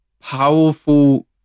powerful